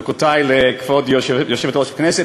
ברכותי לכבוד סגנית יושב-ראש הכנסת.